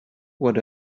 what